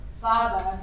Father